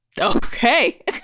Okay